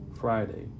Friday